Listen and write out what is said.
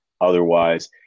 otherwise